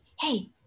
hey